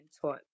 taught